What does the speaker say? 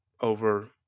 over